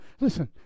Listen